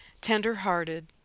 tender-hearted